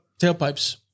tailpipes